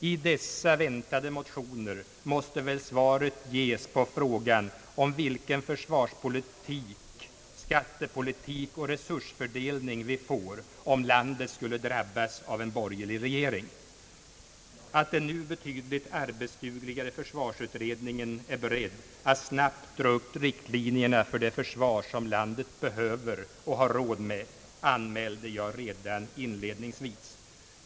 I dessa väntade motioner måste väl svaret ges på frågan om vilken försvarspolitik, skattepolitik och resursfördelning vi får om landet skulle drabbas av en borgerlig regering. Att den nu betydligt arbetsdugligare försvarsutredningen är beredd = att snabbt dra upp riktlinjerna för det försvar som landet behöver och har råd med, anmälde jag redan inledningsvis.